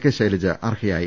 K Shailaja അർഹ യായി